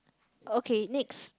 okay next